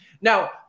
Now